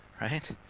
Right